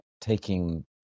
taking